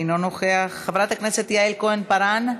אינו נוכח, חברת הכנסת יעל כהן-פארן,